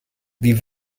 wie